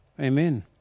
amen